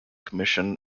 commission